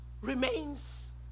remains